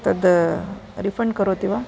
तद् रिफन्ड् करोति वा